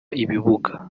ibibuga